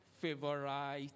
favorite